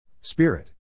Spirit